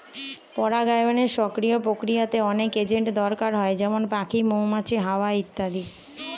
পরাগায়নের সক্রিয় প্রক্রিয়াতে অনেক এজেন্ট দরকার হয় যেমন পাখি, মৌমাছি, হাওয়া ইত্যাদি